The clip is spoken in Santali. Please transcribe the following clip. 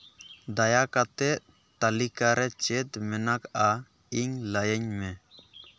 ᱫᱟᱭᱟ ᱠᱟᱛᱮᱫ ᱛᱟᱹᱞᱤᱠᱟ ᱨᱮ ᱪᱮᱫ ᱢᱮᱱᱟᱜᱼᱟ ᱤᱧ ᱞᱟᱹᱭᱟᱹᱧ ᱢᱮ